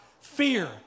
Fear